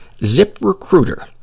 ZipRecruiter